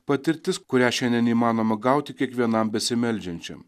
patirtis kurią šiandien įmanoma gauti kiekvienam besimeldžiančiam